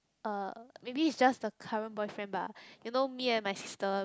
uh maybe is just the current boyfriend bah you know me and my sister